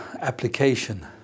application